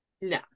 No